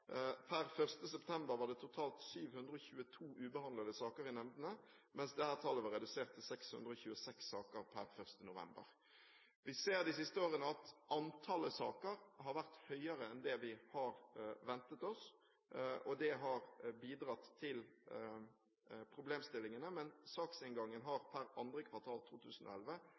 Per 1. september var det totalt 722 ubehandlede saker i nemndene, mens dette tallet var redusert til 626 saker per 1. november. Vi ser de siste årene at antallet saker har vært høyere enn det vi har ventet oss, og det har bidratt til problemstillingene, men saksinngangen har per andre kvartal 2011